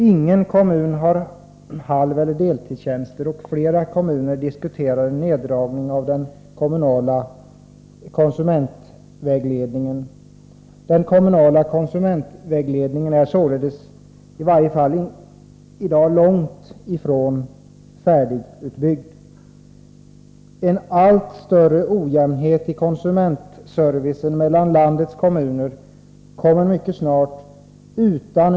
Ingen kommun har halveller deltidstjänster, och flera kommuner diskuterar en neddragning av den kommunala konsumentvägledningen. Den kommunala konsumentvägledningen är således långt ifrån färdigutbyggd. Utan en regional verksamhet kommer mycket snart en allt större ojämnhet i komsumentservicen mellan landets kommuner att bli märkbar.